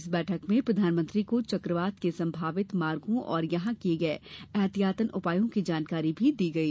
इस बैठक में प्रधानमंत्री को चक्रवात के संभावित मार्गों और यहां किये गये एहातियतन उपायों की जानकारी भी दी गई